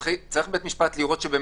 מחר בבוקר - בית המשפט צריך לראות שבאמת